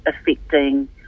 affecting